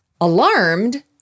Alarmed